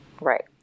Right